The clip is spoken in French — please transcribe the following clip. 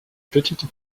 petite